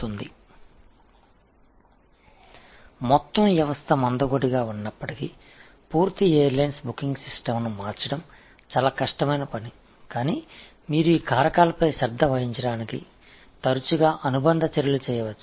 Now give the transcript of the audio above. ஒட்டுமொத்த அமைப்பும் மந்தமாக இருந்தாலும் கூட ஒரு முழுமையான விமான முன்பதிவு முறையை மாற்றுவது கடினமான பணியாகும் மிகவும் விலை உயர்ந்தது ஆனால் நீங்கள் அடிக்கடி இந்த காரணிகளை கவனித்துக்கொள்ள கூடுதல் செயல்களைச் செய்யலாம்